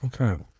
Okay